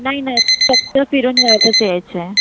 नाही नाही फक्त फिरून वापस यायचं आहे